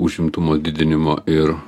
užimtumo didinimo ir